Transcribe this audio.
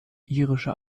irischer